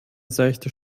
seichte